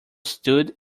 stood